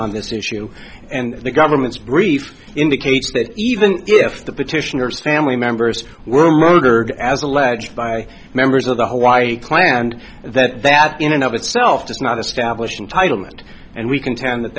on this issue and the government's brief indicates that even if the petitioners family members were murdered as alleged by members of the hawaii clan and that that in and of itself does not establish entitle meant and we contend that